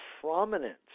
prominent